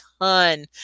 ton